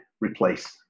replace